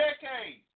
decades